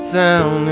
down